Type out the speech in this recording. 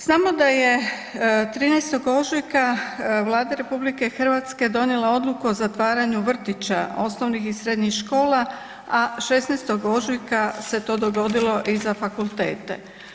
Znamo da je 13. ožujka Vlada RH donijela odluku o zatvaranju vrtića, osnovnih i srednjih škola, a 16. ožujka se to dogodilo i za fakultete.